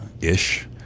ish